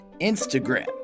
Instagram